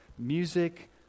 Music